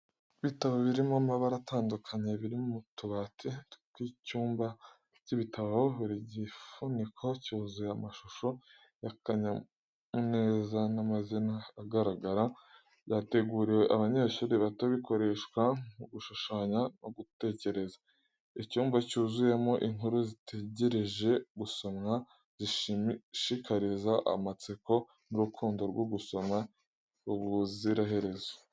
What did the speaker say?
Ibitabo birimo amabara atandukanye biri mu tubati tw'icyumba cy'ibitabo, buri gifuniko cyuzuye amashusho y’akanyamuneza n'amazina agaragara. Byateguriwe abanyeshuri bato, bikoreshwa mu gushakashaka no gutekereza. Icyumba cyuzuyemo inkuru zitegereje gusomwa, zishishikariza amatsiko n’urukundo rwo gusoma ubuziraherezo.